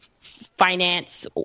finance